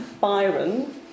Byron